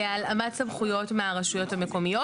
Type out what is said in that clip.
להלאמת סמכויות מהרשויות המקומיות.